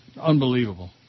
unbelievable